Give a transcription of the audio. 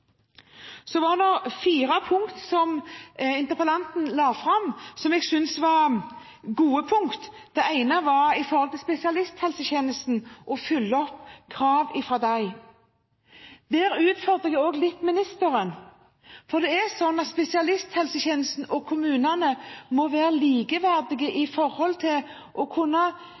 fire punkter som jeg synes var gode. Det ene var om spesialisthelsetjenesten og å oppfylle krav fra dem. Der utfordrer jeg ministeren litt, for det er sånn at spesialisthelsetjenesten og kommunene må være likeverdige med tanke på å kunne